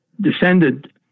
descended